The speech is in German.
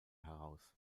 heraus